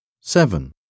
Seven